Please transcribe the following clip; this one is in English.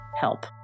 help